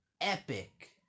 epic